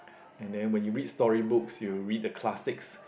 and then when you read storybooks you read the classics